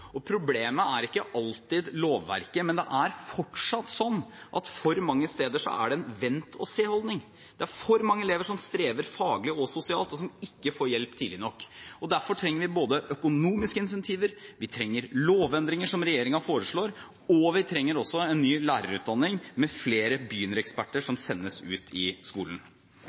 arbeid. Problemet er ikke alltid lovverket, men det er fortsatt slik at for mange steder er det en vent-og-se-holdning. Det er for mange elever som strever faglig og sosialt, og som ikke får hjelp tidlig nok. Derfor trenger vi økonomiske incentiver. Vi trenger lovendringer, som regjeringen foreslår, og vi trenger også en ny lærerutdanning med flere begynnereksperter som sendes ut i skolen.